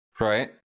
right